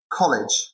college